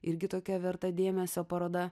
irgi tokia verta dėmesio paroda